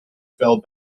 fell